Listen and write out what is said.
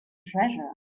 treasure